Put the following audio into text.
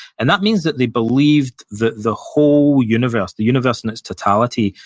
and that means that they believed that the whole universe, the universe in its totality,